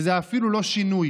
וזה אפילו לא שינוי"